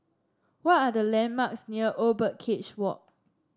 what are the landmarks near Old Birdcage Walk